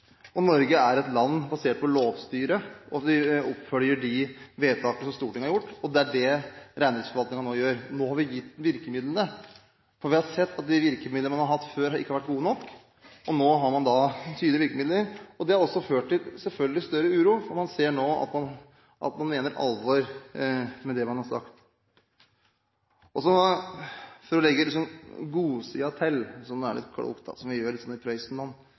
Norge er et land basert på lovstyre. Vi oppfølger de vedtakene som Stortinget har gjort. Det er det reindriftsforvaltningen nå gjør. Nå har vi gitt virkemidlene. Vi har sett at de virkemidlene man har hatt før, ikke har vært gode nok, og nå har man tydelige virkemidler. Det har selvfølgelig også ført til større uro, for man ser nå at man mener alvor med det man har sagt. For liksom å legge godsida til – som er litt klokt, og som vi gjør i Prøysen-land – hørte jeg Frank Bakke-Jensen i